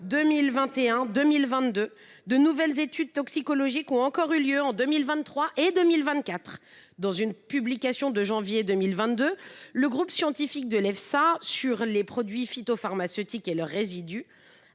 2021 et 2022. De nouvelles études toxicologiques ont encore eu lieu en 2023 et 2024. Dans une publication de janvier 2022, le groupe scientifique de l’AESA sur les produits phytopharmaceutiques et leurs résidus